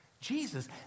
Jesus